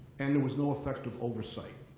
and there was no effective oversight.